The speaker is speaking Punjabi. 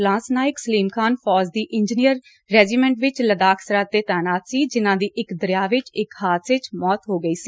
ਲਾਂਸਨਾਇਕ ਸਲੀਮ ਖਾਨ ਫੌਜ ਦੀ ਇੰਜੀਨੀਅਰ ਰੈਜੀਮੈਂਟ ਵਿਚ ਲਦਾਖ ਸਰਹੱਦ ਤੇ ਤਾਇਨਾਤ ਸਨ ਜਿਨ੍ਹਾਂ ਦੀ ਇੱਕ ਦਰਿਆ ਵਿਚ ਇਕ ਹਾਦਸੇ 'ਚ ਮੋਤ ਹੋ ਗਈ ਸੀ